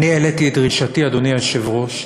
אדוני היושב-ראש,